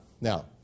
Now